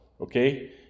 okay